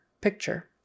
Picture